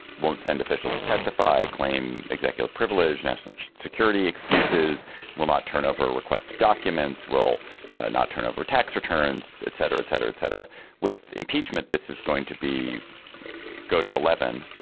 won't send officials to testify claim executive privilege national security excuses will not turn over a request documents will not turn over tax returns et cetera et cetera et cetera with impeachment. this is going to be go to eleven